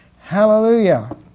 Hallelujah